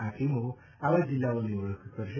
આ ટીમો આવા જીલ્લાઓની ઓળખ કરશે